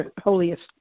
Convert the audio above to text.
holiest